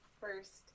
first